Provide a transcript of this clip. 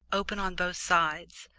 open on both sides,